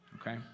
okay